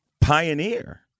pioneer